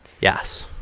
Yes